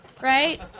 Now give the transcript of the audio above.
right